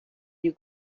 you